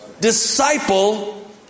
disciple